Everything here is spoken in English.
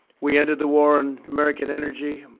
we ended the war on american energy.